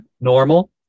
normal